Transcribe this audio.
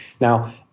Now